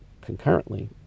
concurrently